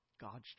God's